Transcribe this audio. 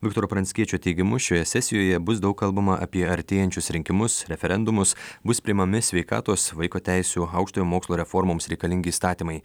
viktoro pranckiečio teigimu šioje sesijoje bus daug kalbama apie artėjančius rinkimus referendumus bus priimami sveikatos vaiko teisių aukštojo mokslo reformoms reikalingi įstatymai